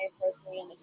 personally